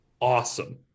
awesome